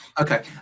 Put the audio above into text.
Okay